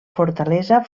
fortalesa